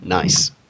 Nice